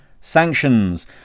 sanctions